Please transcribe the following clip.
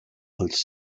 als